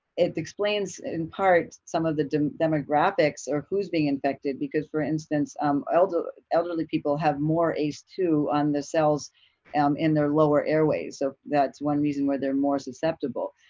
it explains in part some of the demographics, or who's being infected, because for instance um elderly elderly people have more ace two on the cells um in their lower airways. so that's one reason why they're more susceptible,